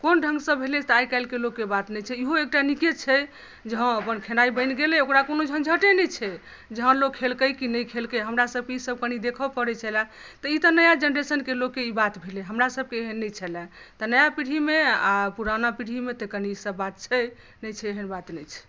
कोन ढ़ंगसँ भेलै से आइ काल्हिकेँ लोककेँ बात नहि छै इहो एकटा नीके छै जे हँ अपन खेनाइ बनि गेलै ओकरा कोनो झन्झटे नहि छै जे हँ लोक खेलकै कि नहि खेलकै हमरा सभकेँ ई सभ कनि देखऽ पड़ै छलए तऽ ई तऽ नया जेनरेशन के लोकके ई बात भेलै हमरा सभके एहन नहि छलए तऽ नया पीढ़ीमे आ पुराना पीढ़ीमे तऽ कनि ई सभ बात छै नहि छै एहन बात नहि छै